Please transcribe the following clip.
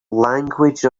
language